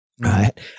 right